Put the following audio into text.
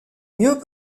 mieux